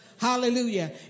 Hallelujah